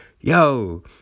yo